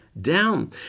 down